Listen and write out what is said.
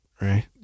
Right